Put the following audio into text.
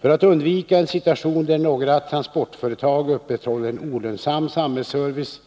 För att undvika en situation där några transportföretag upprätthåller en olönsam samhällsservice